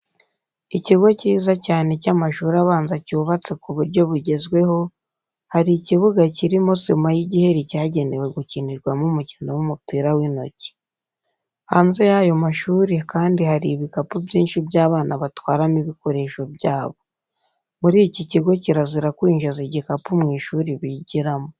Ikigo kiza cyane cy'amashuri abanza cyubatse ku buryo bugezweho, hari ikibuga kirimo sima y'igiheri cyagenewe gukinirwaho umukino w'umupira w'intoki. Hanze y'ayo mashuri kandi hari ibikapu byinshi by'abana batwaramo ibikoresho byabo. Muri iki kigo kirazira kwinjiza igikapu mu ishuri bigiramo.